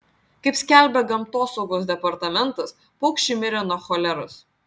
kaip skelbia gamtosaugos departamentas paukščiai mirė nuo choleros